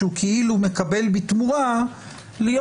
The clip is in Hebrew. הוא כביכול מקבל בתמורה להיות